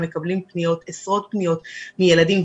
מקבלים עשרות פניות מילדים,